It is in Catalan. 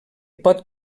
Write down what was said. pot